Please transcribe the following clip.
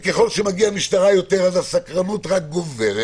וככל שמגיעה יותר משטרה, אז הסקרנות רק גוברת.